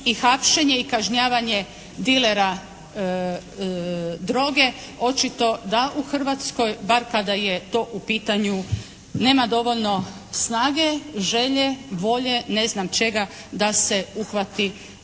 i hapšenje i kažnjavanje dilera droge, očito da u Hrvatskoj bar kada je to u pitanju nema dovoljno snage, želje, volje, ne znam čega da se uhvati u